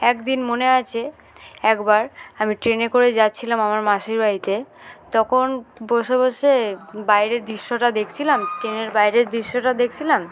একদিন মনে আছে একবার আমি ট্রেনে করে যাচ্ছিলাম আমার মাসির বাড়িতে তখন বসে বসে বাইরের দৃশ্যটা দেখছিলাম ট্রেনের বাইরের দৃশ্যটা দেখছিলাম